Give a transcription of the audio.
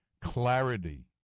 clarity